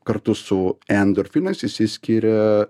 kartu su endorfinas išsiskiria